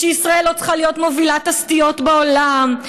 שישראל לא צריכה להיות מובילת הסטיות בעולם,